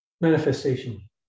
manifestation